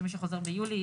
שמי שחוזר ביולי,